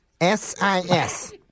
S-I-S